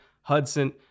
Hudson